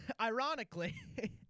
ironically